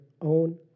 own